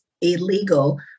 illegal